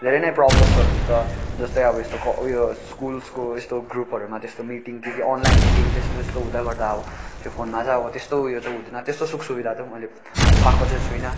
धेरै नै प्रबल्मसहरू हुन्छ जस्तै अब यस्तो उयो स्कुल्सको यस्तो ग्रुपहरूमा त्यस्तो मिटिङ के के अनलाइन मिटिङ त्यस्तो त्यस्तो हुँदै गर्दा अब त्यो फोनमा चाहिँ अब त्यस्तो ऊ यो चाहिँ हुँदैन त्यस्तो सुख सुविधि चाहिँ मैले पाएको चाहिँ छुइनँ